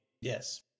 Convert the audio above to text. Yes